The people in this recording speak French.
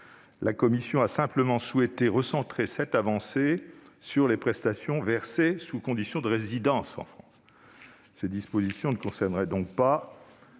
La commission a simplement souhaité recentrer cette avancée sur les prestations versées sous condition de résidence en France. Ces dispositions ne concerneraient donc pas